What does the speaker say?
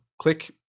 click